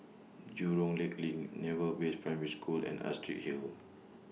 Jurong Lake LINK Naval Base Primary School and Astrid Hill